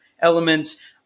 elements